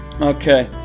okay